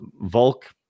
Volk